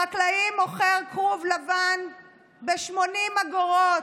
חקלאי מוכר כרוב לבן ב-80 אגורות.